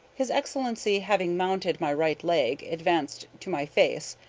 his excellency, having mounted my right leg, advanced to my face,